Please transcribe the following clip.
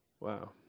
Wow